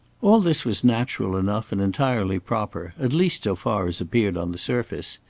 all this was natural enough and entirely proper, at least so far as appeared on the surface.